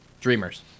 Dreamers